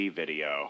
video